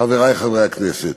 חברי חברי הכנסת.